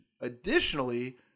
Additionally